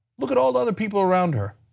look at all ah the people around her.